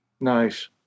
Nice